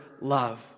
love